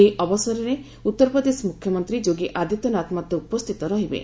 ଏହି ଅବସରରେ ଉତ୍ତରପ୍ରଦେଶ ମୁଖ୍ୟମନ୍ତ୍ରୀ ଯୋଗୀ ଆଦିତ୍ୟନାଥ ମଧ୍ୟ ଉପସ୍ଥିତ ରହିବେ